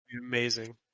Amazing